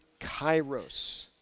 kairos